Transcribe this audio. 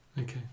okay